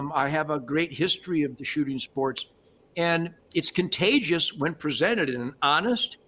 um i have a great history of the shooting sports and it's contagious when presented in an honest,